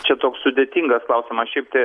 čia toks sudėtingas klausimas šiaip tai